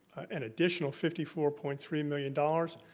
an additional fifty four point three million dollars,